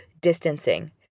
distancing